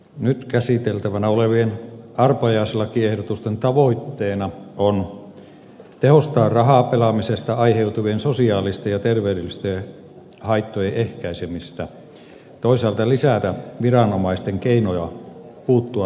nyt käsiteltävänä olevien arpajaislakiehdotusten tavoitteena on tehostaa rahapelaamisesta aiheutuvien sosiaalisten ja terveydellisten haittojen ehkäisemistä toisaalta lisätä viranomaisten keinoja puuttua lainvastaiseen pelitoimintaan